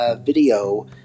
video